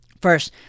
First